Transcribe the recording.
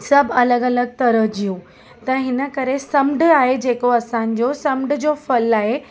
सभु अलॻि अलॻि तरह जूं त हिन करे समुंड आहे जेको असांजो समुंड जो फलु आहे